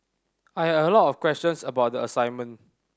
I had a lot of questions about the assignment